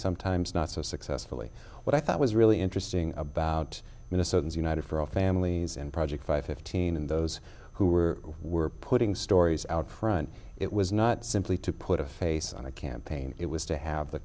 sometimes not so successfully what i thought was really interesting about minnesotans united for all families in project five fifteen in those who were who were putting stories out front it was not simply to put a face on a campaign it was to have the